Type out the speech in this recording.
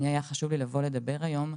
אני היה חשוב לי לבור ולדבר היום,